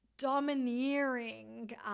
domineering